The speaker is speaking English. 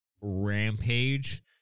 rampage